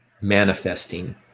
Manifesting